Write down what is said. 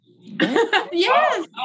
yes